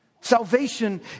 Salvation